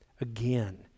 again